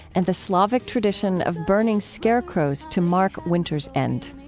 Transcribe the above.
and the slavic tradition of burning scarecrows to mark winter's end.